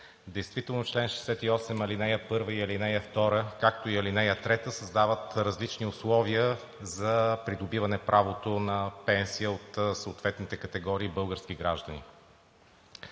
Действително чл. 68, ал. 1 и ал. 2, както и ал. 3 създават различни условия за придобиване правото на пенсия от съответните категории български граждани.